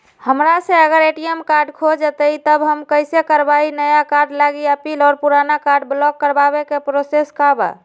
हमरा से अगर ए.टी.एम कार्ड खो जतई तब हम कईसे करवाई नया कार्ड लागी अपील और पुराना कार्ड ब्लॉक करावे के प्रोसेस का बा?